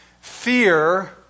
Fear